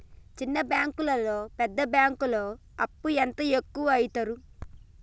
చిన్న బ్యాంకులలో పెద్ద బ్యాంకులో అప్పు ఎంత ఎక్కువ యిత్తరు?